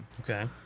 Okay